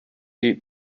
eat